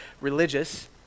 religious